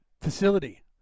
facility